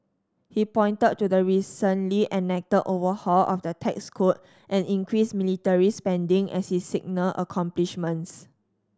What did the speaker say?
he pointed to the recently enacted overhaul of the tax code and increased military spending as his signal accomplishments